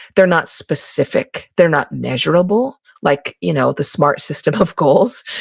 they're not specific, they're not measurable like you know the smart system of goals,